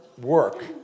work